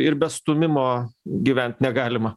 ir be stūmimo gyvent negalima